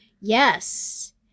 Yes